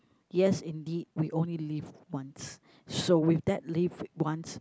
yes indeed we only live once so with that lived once